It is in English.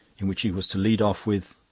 in which he was to lead off with,